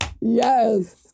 Yes